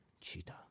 Cheetah